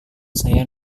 saya